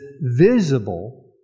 visible